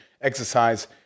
exercise